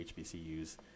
HBCUs